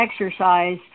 exercise